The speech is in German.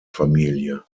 familie